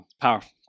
Powerful